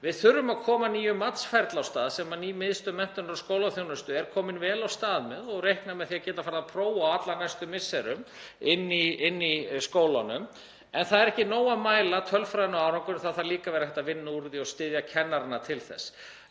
Við þurfum að koma nýjum matsferli af stað sem ný Miðstöð menntunar og skólaþjónustu er komin vel af stað með og reiknar með að geta farið að prófa á allra næstu misserum í skólunum. En það er ekki nóg að mæla tölfræðina og árangurinn, það þarf líka að vera hægt að vinna úr því og styðja kennarana til þess.